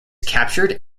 captured